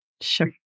sure